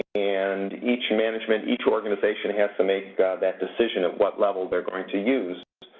and each management, each organization has to make that decision at what level they're going to use.